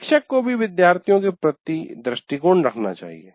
शिक्षक को भी विद्यार्थियों के प्रति दृष्टिकोण रखना चाहिए